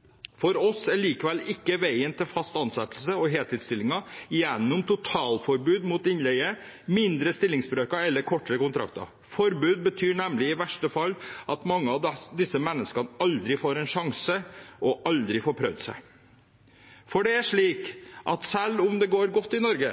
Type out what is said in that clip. for arbeidet sitt. For oss går likevel ikke veien til fast ansettelse og heltidsstillinger gjennom totalforbud mot innleie, mindre stillingsbrøker eller kortere kontrakter. Forbud betyr nemlig i verste fall at mange av disse menneskene aldri får en sjanse og aldri får prøvd seg. For selv om det går godt i Norge